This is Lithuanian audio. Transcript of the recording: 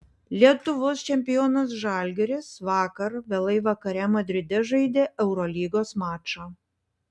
lietuvos čempionas žalgiris vakar vėlai vakare madride žaidė eurolygos mačą